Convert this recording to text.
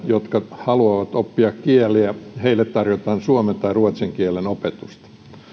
jotka haluavat oppia kieliä tarjotaan suomen tai ruotsin kielen opetusta